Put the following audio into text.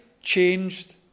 changed